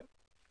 כן.